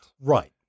Right